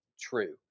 true